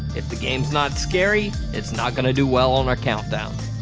if the game's not scary, it's not gonna do well on our countdown.